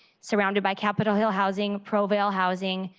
surrounded by capitol hill housing, prevail housing,